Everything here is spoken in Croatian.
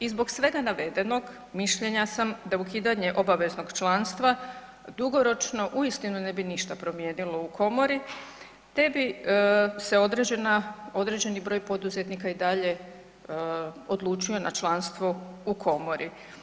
I zbog svega navedenog mišljenja sam da ukidanje obaveznog članstva dugoročno uistinu ne bi ništa promijenilo u komori te bi se određena, određeni broj poduzetnika i dalje odlučio na članstvo u komori.